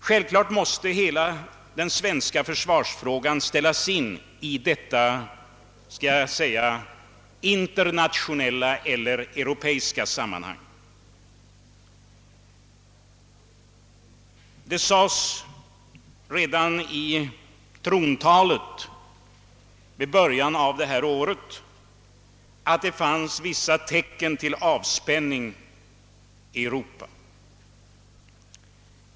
Naturligtvis måste hela den svenska försvarsfrågan ställas in i detta internationella eller åtminstone europeiska sammanhang. Det sades redan i trontalet i början av detta år att det förelåg vissa tecken till avspänning i Europa.